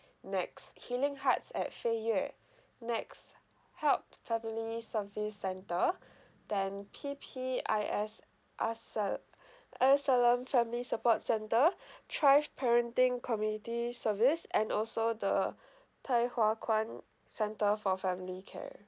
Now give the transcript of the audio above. next healing hearts at fei yue next help family service centre then P_P_I_S is~ islam family support centre thresh parenting community service and also the tai hua kwan centre for family care